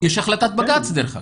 יש החלטת בג"צ, דרך אגב.